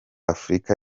afrika